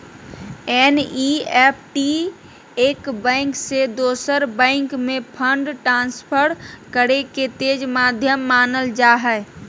NEFT एक bank से दोसर बैंक में फंड ट्रांसफर करे के तेज माध्यम मानल जा हय